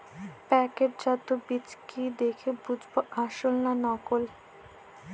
প্যাকেটজাত বীজ কি দেখে বুঝব আসল না নকল?